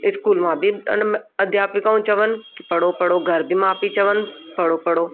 school मां बि अध्यापिकाऊं चवनि की पढ़ो पढ़ो घर बि माउ पीउ चवनि पढ़ो पढ़ो